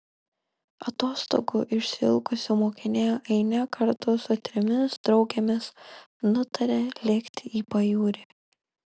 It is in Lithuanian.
atostogų išsiilgusi mokinė ainė kartu su trimis draugėmis nutaria lėkti į pajūrį